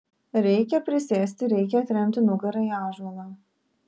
reikia prisėsti reikia atremti nugarą į ąžuolą